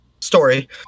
story